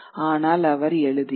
ஆனால் அவர் எழுதினார்